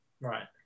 Right